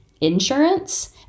insurance